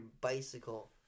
bicycle